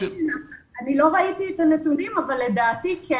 לא ראיתי את הנתונים אבל לדעתי כן.